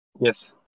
Yes